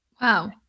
Wow